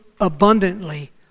abundantly